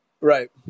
Right